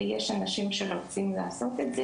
יש אנשים שרוצים לעשות את זה,